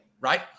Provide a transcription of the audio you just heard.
right